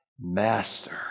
Master